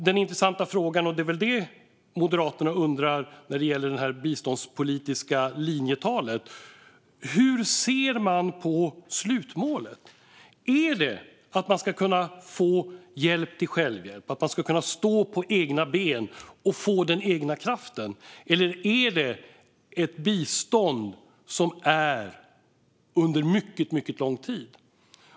Den intressanta frågan är, och det är väl det Moderaterna undrar när det gäller det biståndspolitiska linjetalet: Hur ser man på slutmålet? Är det att man ska kunna få hjälp till självhjälp, att man ska kunna stå på egna ben och få den egna kraften? Eller är det ett bistånd som varar under mycket lång tid?